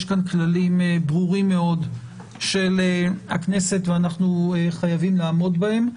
יש כאן כללים ברורים מאוד של הכנסת ואנחנו חייבים לעמוד בהם.